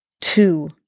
two